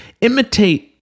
imitate